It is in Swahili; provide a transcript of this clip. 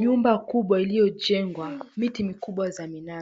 nyumba kubwa iliyojengwa, miti mikubwa za minala.